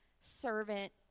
servant